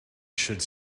should